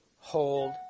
hold